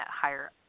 higher